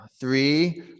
three